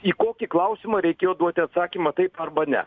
į kokį klausimą reikėjo duoti atsakymą taip arba ne